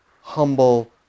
humble